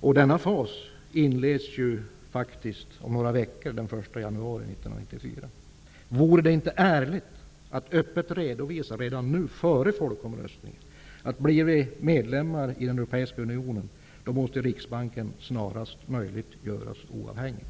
Denna fas inleds ju faktiskt om några veckor, den 1 januari 1994. Vore det inte ärligt att redan nu före folkomröstningen öppet redovisa att om vi blir medlemmar i den europeiska unionen måste Riksbanken snarast möjligt göras oavhängig?